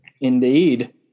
Indeed